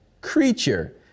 creature